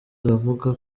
aravuga